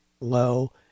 low